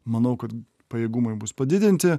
manau kad pajėgumai bus padidinti